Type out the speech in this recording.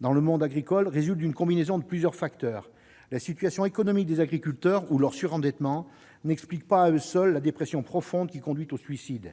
dans le monde agricole résulte d'une combinaison de plusieurs facteurs. La situation économique des agriculteurs ou leur surendettement n'explique pas à eux seuls la dépression profonde qui conduit au suicide.